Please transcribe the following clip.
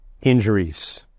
injuries